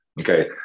Okay